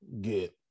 get